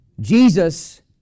Jesus